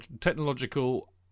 technological